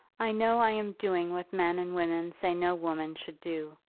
i know i am doing what men and women say no woman should do.